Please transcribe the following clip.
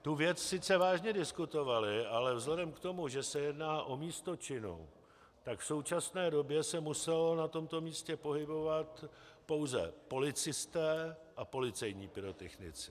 Tu věc sice vážně diskutovali, ale vzhledem k tomu, že se jedná o místo činu, tak se v současné době museli na tomto místě pohybovat pouze policisté a policejní pyrotechnici.